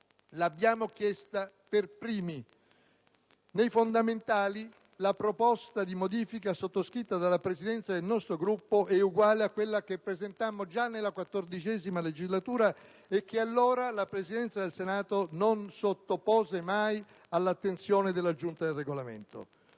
L'abbiamo chiesta per primi. Nei fondamentali, la proposta di modifica sottoscritta dalla Presidenza del nostro Gruppo è uguale a quella che presentammo già nella XIV legislatura e che allora la Presidenza del Senato non sottopose mai all'attenzione della Giunta per il Regolamento.